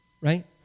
right